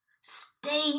stay